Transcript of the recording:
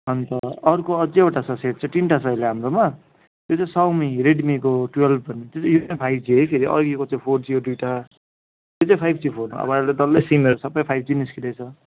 अन्त अर्को अझै एउटा छ सेट चाहिँ तिनटा छ अहिले हाम्रोमा त्यो चाहिँ साउमी रेडमीको टुवेल्भ भन्ने त्यो चाहिँ फाइभ जी है फेरि अघिको चाहिँ फोर जी हो दुइटा यो चाहिँ फाइभ जी फोन अब अहिले त डल्लै सिमहरू सबै फाइभ जी निस्किँदैछ